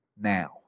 now